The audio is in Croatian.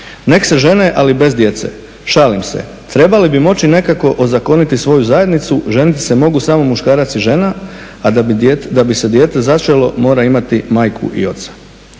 Nek se žene ali bez djece, šalim se, trebali bi moći nekako ozakoniti svoju zajednicu, ženiti se mogu samo muškarac i žena, a da bi se dijete začelo mora imati majku i oca.